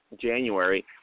January